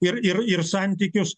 ir ir ir santykius